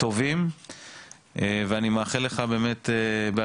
טובים ואני מאחל לך בהצלחה.